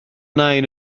nain